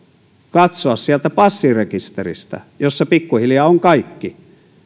katsoa passirekisteristä jossa pikkuhiljaa on kaikki